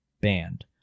banned